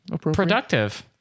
Productive